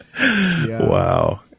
Wow